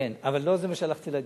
אבל לא זה מה שעמדתי להגיד,